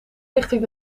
richting